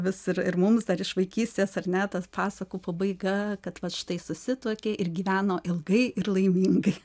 vis ir ir mums dar iš vaikystės ar ne pasakų pabaiga kad vat štai susituokė ir gyveno ilgai ir laimingai